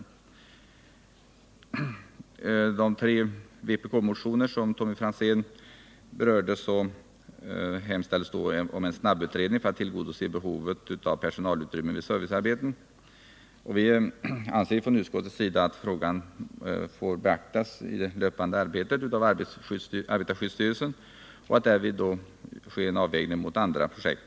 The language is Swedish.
I den första av de vpk-motioner som Tommy Franzén berörde hemställs om en snabbutredning för att tillgodose behovet av personalutrymmen vid servicearbeten. Utskottet anser att frågan löpande får beaktas av arbetarskyddsstyrelsen och att det därvid får ske en avvägning mot andra projekt.